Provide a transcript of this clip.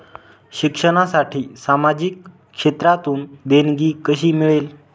शिक्षणासाठी सामाजिक क्षेत्रातून देणगी कशी मिळेल?